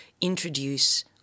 introduce